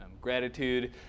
Gratitude